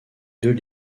deux